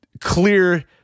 clear